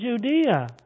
Judea